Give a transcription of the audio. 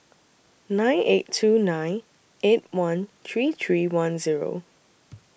nine eight two nine eight one three three one Zero